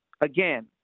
again